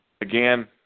again